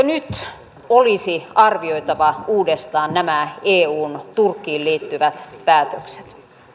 nyt olisi arvioitava uudestaan nämä eun turkkiin liittyvät päätökset